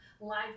live